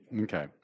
Okay